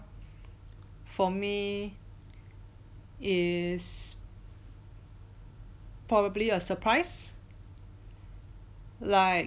for me is probably a surprise like